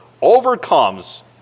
overcomes